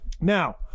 Now